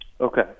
Okay